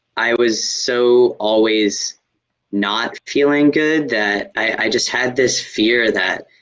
i was so always not feeling good that i just had this fear that